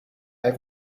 have